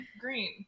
green